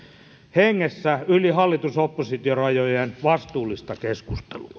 hengessä yli hallitus oppositio rajojen vastuullista keskustelua